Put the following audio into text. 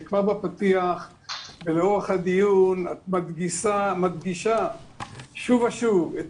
שכבר בפתיח ולאורך הדיון את מדגישה שוב ושוב את